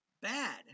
bad